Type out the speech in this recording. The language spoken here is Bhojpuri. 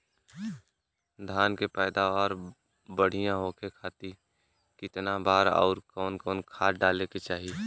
धान के पैदावार बढ़िया होखे खाती कितना बार अउर कवन कवन खाद डाले के चाही?